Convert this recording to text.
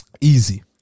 Easy